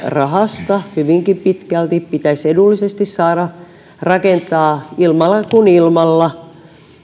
rahasta hyvinkin pitkälti pitäisi edullisesti saada rakentaa ilmalla kuin ilmalla